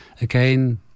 again